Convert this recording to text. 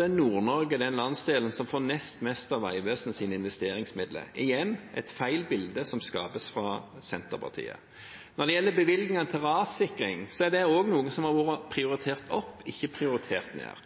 er Nord-Norge den landsdelen som får nest mest av Vegvesenets investeringsmidler. Igjen er det et feil bilde som skapes av Senterpartiet. Når det gjelder bevilgningene til rassikring, er det også noe som har vært prioritert opp, ikke ned.